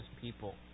people